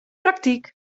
praktyk